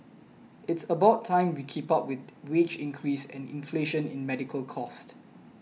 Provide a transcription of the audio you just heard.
it's about time we keep up with wage increase and inflation in medical cost